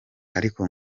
ariko